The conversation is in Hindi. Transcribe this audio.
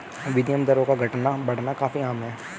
विनिमय दरों का घटना बढ़ना काफी आम है